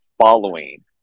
following